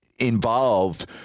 involved